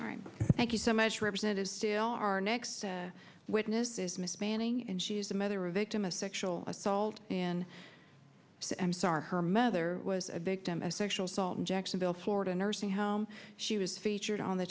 right thank you so much represent is still our next witness miss manning and she's a mother a victim of sexual assault in samsara her mother was a victim of sexual assault in jacksonville florida nursing home she was featured on the